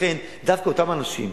לכן, דווקא אותם אנשים